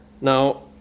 Now